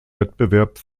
wettbewerb